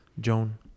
Joan